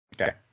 Okay